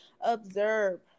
observe